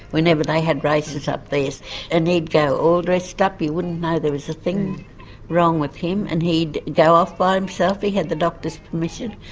whenever they had races up there and he'd go all dressed up, you wouldn't know there was a thing wrong with him and he'd go off by himself, he had the doctor's permission.